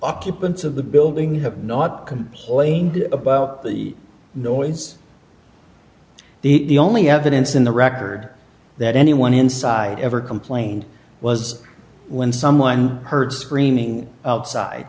occupants of the building have not complained about the noise the only evidence in the record that anyone inside ever complained was when someone heard screaming outside